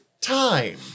time